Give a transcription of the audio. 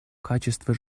качества